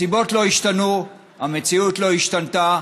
הסיבות לא השתנו, המציאות לא השתנתה.